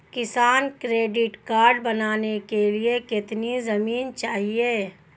किसान credit card बनाने के लिए कितनी जमीन चाहिए?